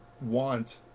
want